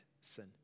sin